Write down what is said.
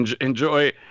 Enjoy